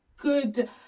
Good